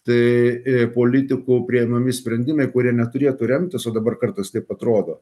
tai politikų priimami sprendimai kurie neturėtų remtis o dabar kartais taip atrodo